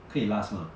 可以 last mah